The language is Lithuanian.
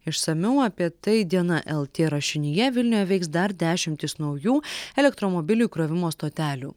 išsamiau apie tai diena lt rašinyje vilniuje veiks dar dešimtys naujų elektromobilių įkrovimo stotelių